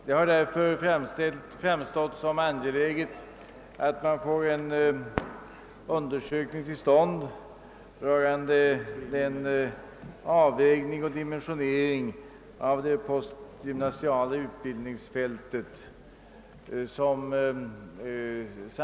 Det har därför framstått som angeläget att få till stånd en utredning rörande avvägningen och dimensioneringen av det postgymnasiala utbildningsfältet.